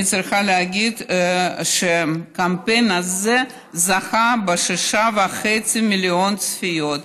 אני צריכה להגיד שהקמפיין הזה זכה ב-6.5 מיליון צפיות,